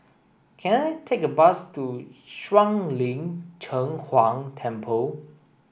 can I take a bus to Shuang Lin Cheng Huang Temple